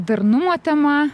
darnumo tema